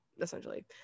essentially